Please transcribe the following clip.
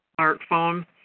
smartphone